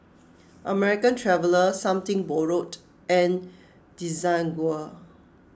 American Traveller Something Borrowed and Desigual